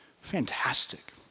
Fantastic